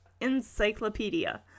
encyclopedia